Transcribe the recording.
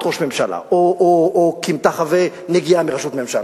ראש ממשלה או כמטחווי נגיעה מראשות ממשלה.